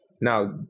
Now